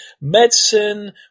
medicine